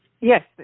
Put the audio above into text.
Yes